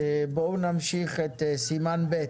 בואו נמשיך את סימן ב'.